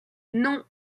non